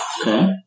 Okay